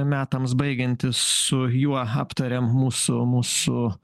metams baigiantis su juo aptarėm mūsų mūsų